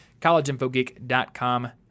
collegeinfogeek.com